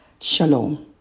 Shalom